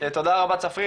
תודה רבה צפריר,